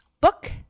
book